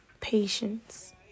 patience